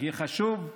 והכי חשוב,